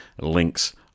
Links